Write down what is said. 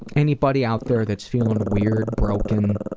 anybody out there that's feeling weird, broken,